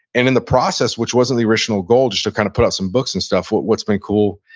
and in the process, which wasn't the original goal just to kind of put out some books and stuff. what's been cool,